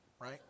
right